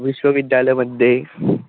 विश्वविद्यालयमध्ये